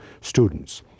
students